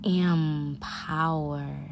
empower